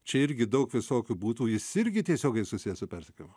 čia irgi daug visokių būdų jis irgi tiesiogiai susijęs su persekiojimu